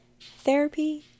Therapy